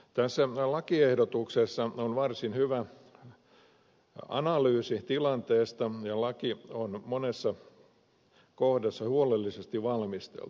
tässä lakiehdotuksessa on varsin hyvä analyysi tilanteesta ja laki on monessa kohdassa huolellisesti valmisteltu